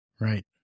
Right